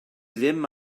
ddim